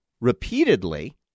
repeatedly